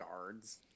guards